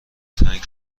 تنگ